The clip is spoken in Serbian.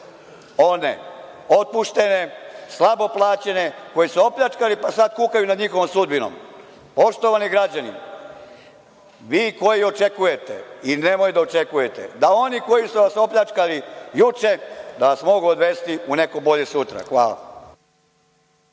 one otpuštene, slabo plaćene, koje su opljačkali pa sad kukaju nad njihovom sudbinom. Poštovani građani, vi koji očekujete i nemojte da očekujete da oni koji su vas opljačkali juče, da vas mogu odvesti u neko bolje sutra. Hvala.